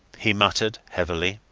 he muttered, heavily.